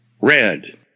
Red